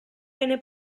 venne